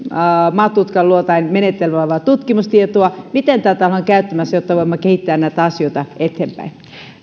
maatutkaluotainmenetelmällä laadittua tutkimustietoa tienpohjasta miten tätä ollaan käyttämässä jotta voimme kehittää näitä asioita eteenpäin